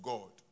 God